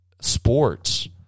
sports